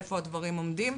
איפה הדברים עומדים.